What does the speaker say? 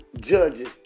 judges